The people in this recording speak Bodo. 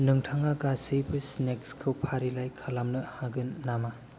नोंथाङा गासैबो स्नेक्सखौ फारिलाइ खालामनो हागोन नामा